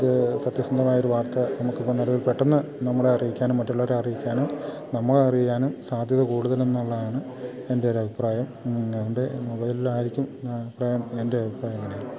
ഇത് സത്യസന്ധമായ ഒരു വാർത്ത നമുക്കിപ്പം നിലവിൽ പെട്ടെന്ന് നമ്മെ അറിയിക്കാനും മറ്റുള്ളവരെ അറിയിക്കാനും നമ്മളറിയാനും സാധ്യത കൂടുതലെന്നുള്ളതാണ് എൻ്റെ ഒരഭിപ്രായം അതുകൊണ്ട് മൊബൈൽലായിരിക്കും അഭിപ്രായം എൻ്റെ അഭിപ്രായം അങ്ങനെയാണ്